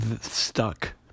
stuck